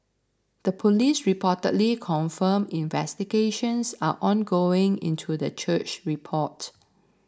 the police reportedly confirmed investigations are ongoing into the church report